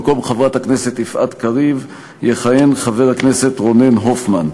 במקום חברת הכנסת יפעת קריב יכהן חבר הכנסת רונן הופמן.